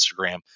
Instagram